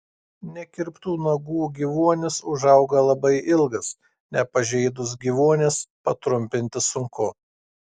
nekirptų nagų gyvuonis užauga labai ilgas nepažeidus gyvuonies patrumpinti sunku